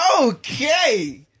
Okay